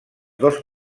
dos